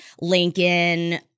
Lincoln